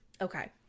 Okay